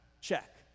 Check